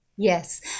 Yes